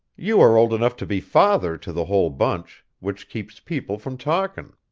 you are old enough to be father to the whole bunch, which keeps people from talkin'.